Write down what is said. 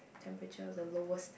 temperature the lowest